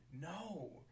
no